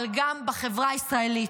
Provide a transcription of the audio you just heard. אבל גם בחברה הישראלית.